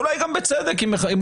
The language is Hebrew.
אולי גם בצדק אם מכלילים,